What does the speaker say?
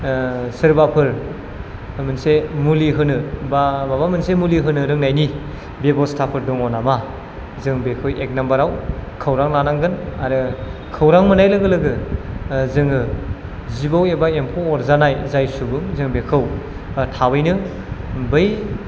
सोरबाफोर मोनसे मुलि होनो बा माबा मोनसे मुलि होनो रोंनायनि बेब'स्थाफोर दङ' नामा जों बेखौ एक नम्बरआव खौरां लानांगोन आरो खौरां मोननाय लोगो लोगो जोङो जिबौ एबा एम्फौ अरजानाय जाय सुबुं जों बेखौ थाबैनो बै